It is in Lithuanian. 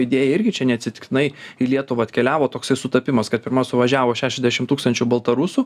idėja irgi čia neatsitiktinai į lietuvą atkeliavo toksai sutapimas kad pirma suvažiavo šešiasdešim tūkstančių baltarusų